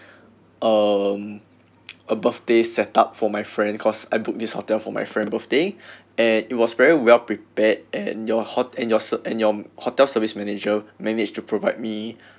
um a birthday set up for my friend cause I book this hotel for my friend birthday and it was very well prepared and your hot~ and your ser~ and your hotel service manager managed to provide me